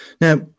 Now